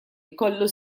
ikollu